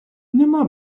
нема